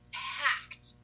packed